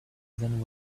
then